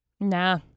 Nah